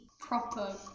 proper